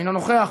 אינו נוכח,